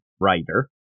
writer